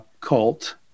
cult